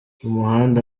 umuhanda